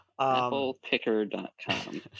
Applepicker.com